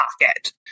pocket